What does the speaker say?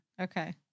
Okay